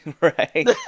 right